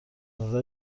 نظر